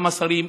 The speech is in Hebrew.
גם השרים.